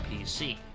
PC